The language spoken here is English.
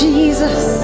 Jesus